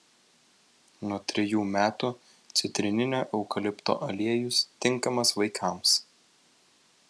nuo trejų metų citrininio eukalipto aliejus tinkamas vaikams